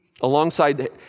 Alongside